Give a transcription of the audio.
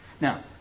Now